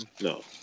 no